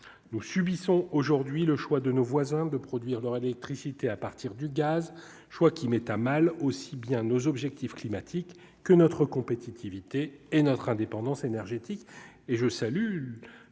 nous subissons aujourd'hui le choix de nos voisins, de produire leur électricité à partir du gaz, je crois qu'il mettent à mal aussi bien nos objectifs climatiques que notre compétitivité et notre indépendance énergétique